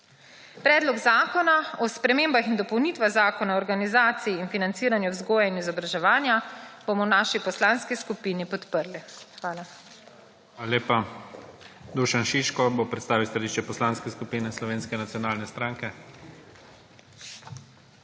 Predlog zakona o spremembah in dopolnitvah Zakona o organizaciji in financiranju vzgoje in izobraževanja bomo v naši poslanski skupini podprli. Hvala. **PREDSEDNIK IGOR ZORČIČ:** Hvala lepa. Dušan Šiško bo predstavil stališče Poslanske skupine Slovenske nacionalne stranke.